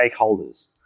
stakeholders